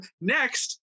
next